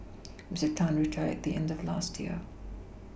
Mister Tan retired at the end of last year